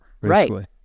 Right